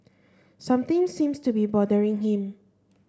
something seems to be bothering him